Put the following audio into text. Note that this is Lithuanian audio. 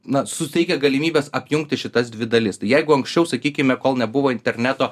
na suteikia galimybes apjungti šitas dvi dalis tai jeigu anksčiau sakykime kol nebuvo interneto